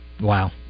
Wow